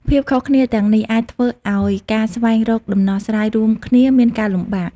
ភាពខុសគ្នាទាំងនេះអាចធ្វើឱ្យការស្វែងរកដំណោះស្រាយរួមគ្នាមានការលំបាក។